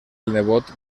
nebot